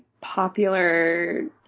popular